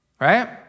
Right